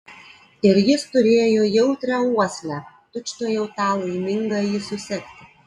ir jis turėjo jautrią uoslę tučtuojau tą laimingąjį susekti